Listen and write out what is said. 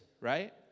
right